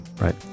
Right